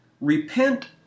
Repent